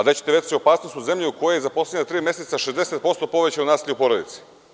Gde ćete veću opasnost u zemlji u kojoj je za poslednja tri meseca, 60% povećano nasilje u porodici?